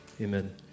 Amen